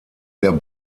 der